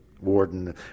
warden